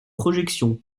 projection